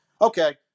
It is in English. okay